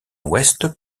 ouest